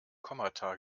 kommata